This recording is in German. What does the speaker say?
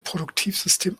produktivsystem